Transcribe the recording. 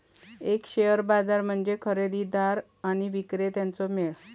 एक शेअर बाजार म्हणजे खरेदीदार आणि विक्रेत्यांचो मेळ